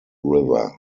river